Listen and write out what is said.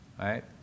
Right